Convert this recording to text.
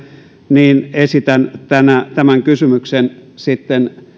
niin esitän tämän kysymyksen sitten